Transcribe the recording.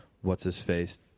what's-his-face